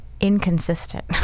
inconsistent